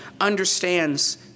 understands